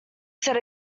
said